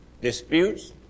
Disputes